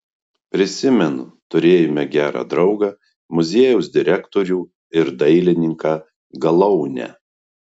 prisimenu turėjome gerą draugą muziejaus direktorių ir dailininką galaunę